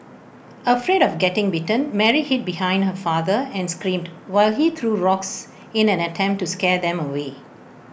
afraid of getting bitten Mary hid behind her father and screamed while he threw rocks in an attempt to scare them away